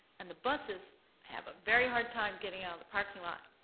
and the buses have a very hard time getting out of the parking lot.